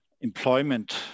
employment